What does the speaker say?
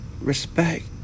respect